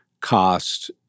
cost